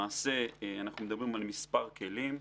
אנחנו מדברים על מספר כלים.